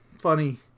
funny